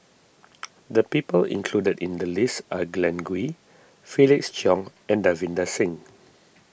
the people included in the list are Glen Goei Felix Cheong and Davinder Singh